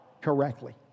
correctly